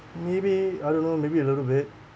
maybe I don't know maybe a little bit